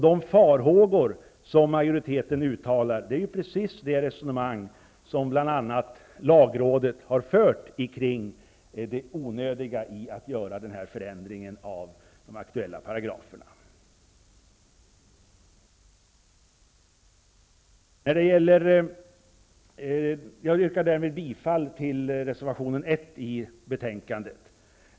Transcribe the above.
De farhågor som majoriteten uttalar är precis det resonemang som bl.a. lagrådet har fört kring det onödiga i att göra den här förändringen av de aktuella paragraferna. Jag yrkar därmed bifall till reservation 1 i betänkandet.